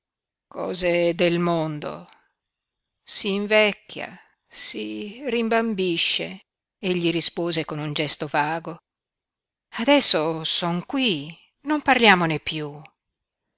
cose del mondo s'invecchia si rimbambisce egli rispose con un gesto vago adesso son qui non parliamone piú